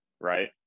Right